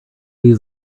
use